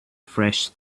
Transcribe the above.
fresh